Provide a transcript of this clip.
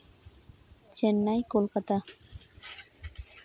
Chennai Kolkata